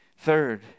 Third